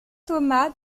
thomas